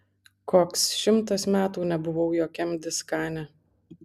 koks šimtas metų nebuvau jokiam diskane